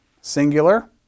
singular